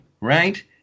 right